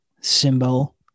symbol